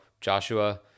joshua